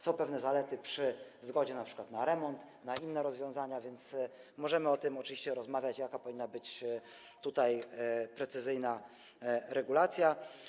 Są pewne zalety np. przy zgodzie na remont, na inne rozwiązania, więc możemy o tym oczywiście rozmawiać, jaka powinna być tutaj precyzyjna regulacja.